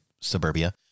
suburbia